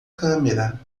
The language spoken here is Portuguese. câmera